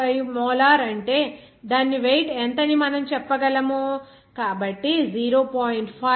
5 molar అంటే దాని weight ఎంత అని మనం చెప్పగలం కాబట్టి 0